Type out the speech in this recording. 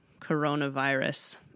coronavirus